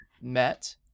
met